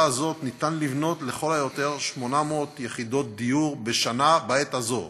הזאת ניתן לבנות לכל היותר 800 יחידות דיור בשנה בעת הזאת,